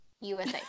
USA